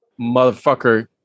motherfucker